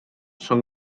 són